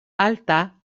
alta